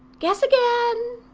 guess again.